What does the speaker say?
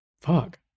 fuck